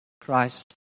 Christ